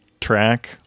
track